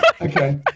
Okay